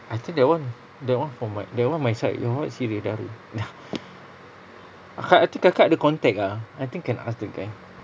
I think that [one] that [one] from my that [one] my side your [one] sirih dara da~ kakak I think kakak ada contact ah I think can ask the guy